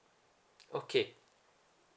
okay